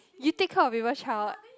you take care of people child